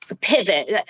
pivot